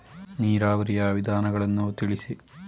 ನೀರಾವರಿಯ ವಿಧಾನಗಳನ್ನು ತಿಳಿಸಿ?